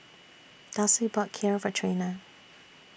Dulce bought Kheer For Trena